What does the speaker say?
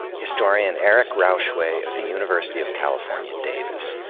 historian eric rauchway of the university of california-davis.